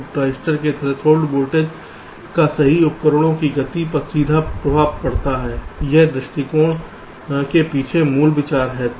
तो ट्रांजिस्टर के threshold voltage का सही उपकरणों की गति पर सीधा प्रभाव पड़ता है इस दृष्टिकोण के पीछे मूल विचार है